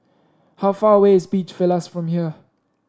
how far away is Beach Villas from here